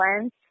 lens